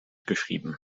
geschrieben